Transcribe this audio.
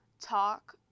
talk